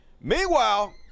Meanwhile